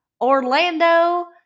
Orlando